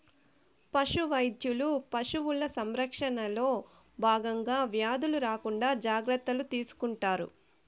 పశు వైద్యులు పశువుల సంరక్షణలో భాగంగా వ్యాధులు రాకుండా జాగ్రత్తలు తీసుకుంటారు